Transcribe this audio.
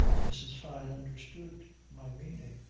mrs. fyne understood my meaning.